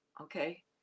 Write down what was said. okay